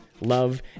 love